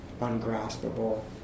ungraspable